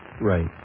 Right